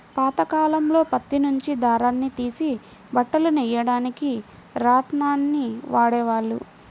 పాతకాలంలో పత్తి నుంచి దారాన్ని తీసి బట్టలు నెయ్యడానికి రాట్నాన్ని వాడేవాళ్ళు